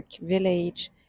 village